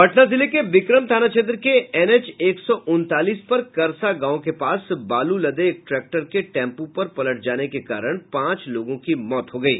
पटना जिले के बिकम थाना क्षेत्र के एनएच एक सौ उनतालीस पर करसा गांव के पास बालू लदे एक ट्रेक्टर के टेम्पू पर पलट जाने के कारण पांच लोगें की मौत हो गयी